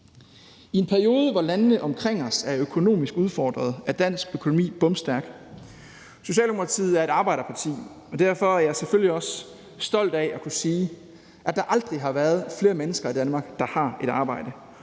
I en periode, hvor landene omkring os er økonomisk udfordret, er dansk økonomi bomstærk. Socialdemokratiet er et arbejderparti, og derfor er jeg selvfølgelig også stolt af at kunne sige, at der aldrig har været flere mennesker i Danmark, der har et arbejde.